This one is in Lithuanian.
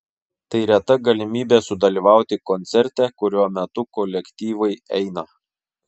tai reta galimybė sudalyvauti koncerte kurio metu kolektyvai eina